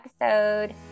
episode